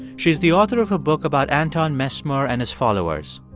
she's the author of a book about anton mesmer and his followers.